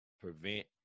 prevent